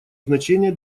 значение